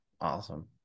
Awesome